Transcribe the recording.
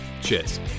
Cheers